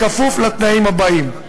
בכפוף לתנאים הבאים: